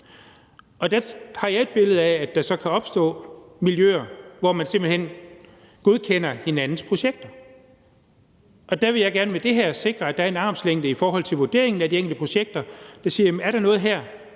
Der har jeg et billede af, at der så kan opstå miljøer, hvor man simpelt hen godkender hinandens projekter. Der vil jeg gerne med det her sikre, at der er en armslængde i forhold til vurderingen af de enkelte projekter, hvor man siger: Er der noget her